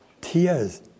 tears